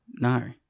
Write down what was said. No